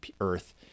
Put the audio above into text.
earth